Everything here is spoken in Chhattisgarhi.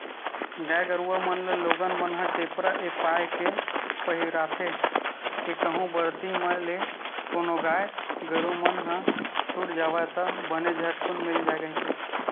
गाय गरुवा मन ल लोगन मन ह टेपरा ऐ पाय के पहिराथे के कहूँ बरदी म ले कोनो गाय गरु मन ह छूट जावय ता बने झटकून मिल जाय कहिके